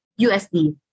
usd